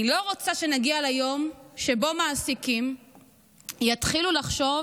אני לא רוצה שנגיע ליום שבו מעסיקים יתחילו לחשוב